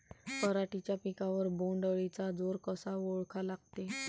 पराटीच्या पिकावर बोण्ड अळीचा जोर कसा ओळखा लागते?